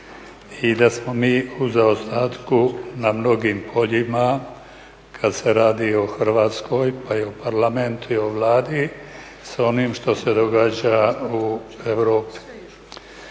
i da smo mi u zaostatku na mnogim poljima kada se radi o Hrvatskoj pa i o parlamentu i o Vladi sa onim što se događa u Europi.